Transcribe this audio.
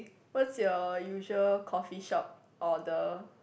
what's your usual coffee shop order